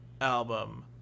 album